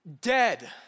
Dead